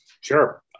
Sure